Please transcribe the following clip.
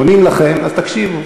עונים לכם, אז תקשיבו.